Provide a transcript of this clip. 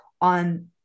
on